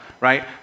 right